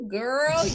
girl